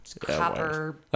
copper